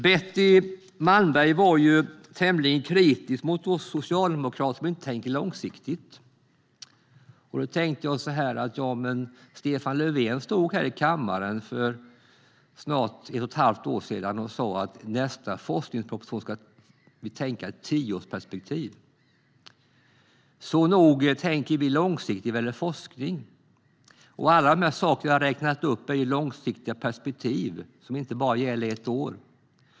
Betty Malmberg var tämligen kritisk mot att Socialdemokraterna inte tänker långsiktigt. Men Stefan Löfven stod ju här i kammaren för snart ett och ett halvt år sedan och sa att nästa forskningsproposition ska ha ett tioårigt perspektiv. Så nog tänker vi långsiktigt när det gäller forskning. Allt det jag har räknat upp gäller långsiktigt och inte bara i ett år.